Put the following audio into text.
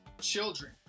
children